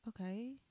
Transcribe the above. okay